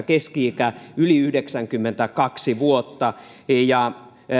keski ikä yli yhdeksänkymmentäkaksi vuotta ja